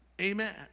Amen